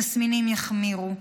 התסמינים יחמירו,